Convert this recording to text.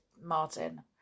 Martin